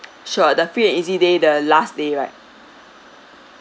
sure the free and easy day the last day ride